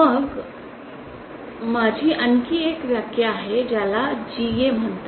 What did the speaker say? मग माझी आणखी एक व्याख्या आहे ज्याला GA म्हणतात